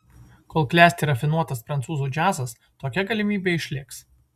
kol klesti rafinuotas prancūzų džiazas tokia galimybė išliks